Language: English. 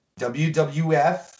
WWF